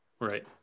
Right